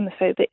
homophobic